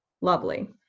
lovely